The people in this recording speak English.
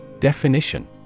Definition